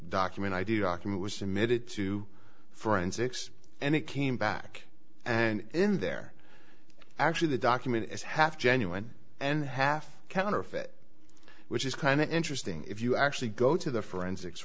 document i do document was submitted to forensics and it came back and in there actually the document is half genuine and half counterfeit which is kind of interesting if you actually go to the forensics